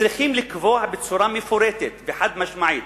צריכים לקבוע בצורה מפורטת וחד-משמעית,